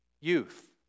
Youth